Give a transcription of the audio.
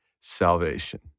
salvation